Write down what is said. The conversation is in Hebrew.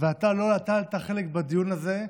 ואתה לא נטלת חלק בדיון הזה,